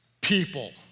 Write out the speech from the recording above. people